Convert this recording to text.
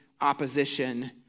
opposition